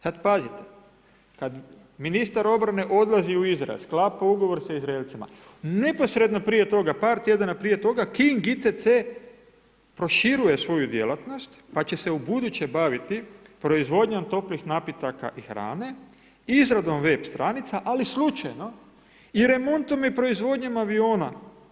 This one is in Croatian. Sada pazite, kada ministar obrane odlazi u Izrael, sklapa ugovor s Izraelcima, neposredno prije toga, par tjedana prije toga King ICT proširuje svoju djelatnost, pa će se ubuduće baviti proizvodnjom toplih napitaka i hrane, izradom web stranica, ali slučajno i remontom i proizvodnjom aviona.